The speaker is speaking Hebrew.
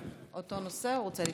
אותו נושא, גם הוא רוצה לשאול.